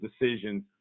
decisions